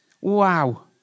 Wow